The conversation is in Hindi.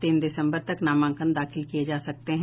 तीन दिसम्बर तक नामांकन दाखिल किये जा सकते हैं